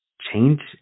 change